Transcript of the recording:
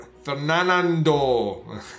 Fernando